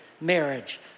marriage